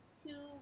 two